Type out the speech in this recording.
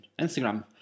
Instagram